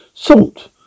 salt